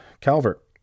Calvert